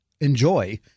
Enjoy